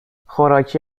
خوراکی